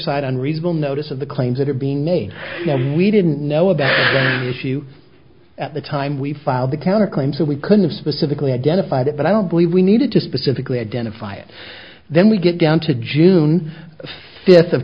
side on reasonable notice of the claims that are being made we didn't know about issue at the time we filed the counterclaim so we could have specifically identified it but i don't believe we needed to specifically identify it then we get down to june fifth of